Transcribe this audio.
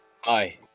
Hi